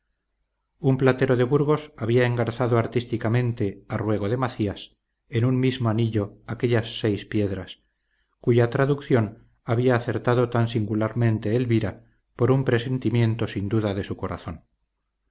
un platero de burgos había engarzado artísticamente a ruego de macías en un mismo anillo aquellas seis piedras cuya traducción había acertado tan singularmente elvira por un presentimiento sin duda de su corazón